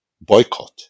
boycott